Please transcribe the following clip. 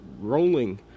rolling